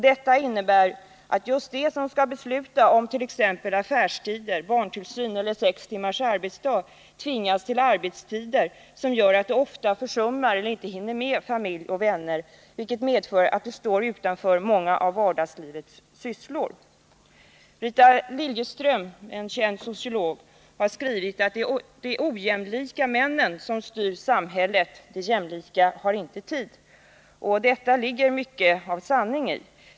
Detta innebär att just de som skall besluta om t.ex. affärstider, barntillsyn eller sex timmars arbetsdag tvingas till arbetstider som gör att de ofta försummar eller inte hinner med familj och vänner, vilket medför att de står utanför många av vardagslivets sysslor. Rita Liljeström — en känd sociolog — har skrivit att ”det är de ojämlika männen som styr samhället. De jämlika har inte tid.” I detta ligger mycket av sanning.